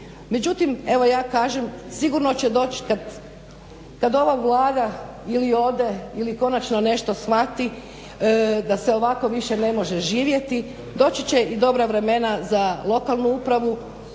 Međutim, evo ja kažem sigurno će doći kad ova Vlada ili ode ili konačno nešto shvati da se ovako više ne može živjeti, doći će i dobra vremena za lokalnu upravu